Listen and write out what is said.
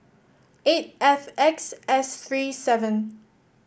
eight F X S three seven